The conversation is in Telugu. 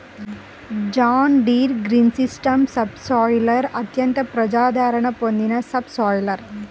జాన్ డీర్ గ్రీన్సిస్టమ్ సబ్సోయిలర్ అత్యంత ప్రజాదరణ పొందిన సబ్ సాయిలర్